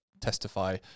testify